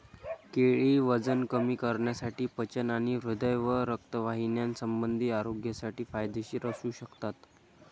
केळी वजन कमी करण्यासाठी, पचन आणि हृदय व रक्तवाहिन्यासंबंधी आरोग्यासाठी फायदेशीर असू शकतात